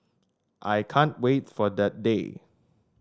I can't wait for that day